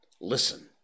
Listen